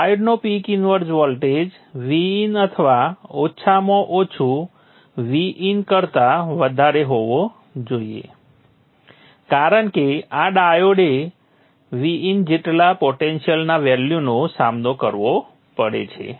ડાયોડનો peak inverse voltage Vin અથવા ઓછામાં ઓછુ Vin કરતા વધારે હોવો જોઇએ કારણ કે આ ડાયોડે Vin જેટલા પોટેન્શિયલ ના વેલ્યુનો સામનો કરવો પડે છે